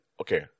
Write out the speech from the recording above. okay